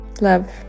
Love